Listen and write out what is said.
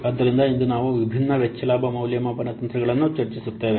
ಆದ್ದರಿಂದ ಇಂದು ನಾವು ವಿಭಿನ್ನ ವೆಚ್ಚ ಲಾಭ ಮೌಲ್ಯಮಾಪನ ತಂತ್ರಗಳನ್ನು ಚರ್ಚಿಸುತ್ತೇವೆ